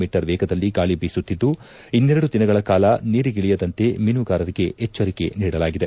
me ವೇಗದಲ್ಲಿ ಗಾಳಿ ಬೀಸುತ್ತಿದ್ದು ಇನ್ನೆರಡು ದಿನಗಳ ಕಾಲ ನೀರಿಗಿಳಿಯದಂತೆ ಮೀನುಗಾರರಿಗೆ ಎಚ್ಚರಿಕೆ ನೀಡಲಾಗಿದೆ